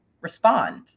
respond